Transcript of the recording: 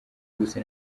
gusa